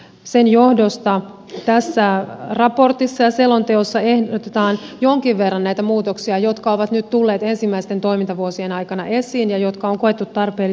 sen johdosta tässä raportissa ja selonteossa ehdotetaan jonkin verran näitä muutoksia jotka ovat nyt tulleet ensimmäisten toimintavuosien aikana esiin ja jotka on koettu tarpeellisiksi